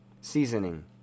Seasoning